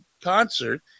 concert